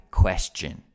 question